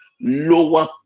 Lower